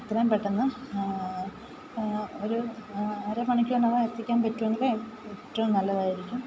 എത്രയും പെട്ടെന്ന് ഒരു അരമണിക്കൂറിനകം എത്തിക്കാൻ പറ്റുമെങ്കിൽ ഏറ്റവും നല്ലതായിരിക്കും